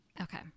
Okay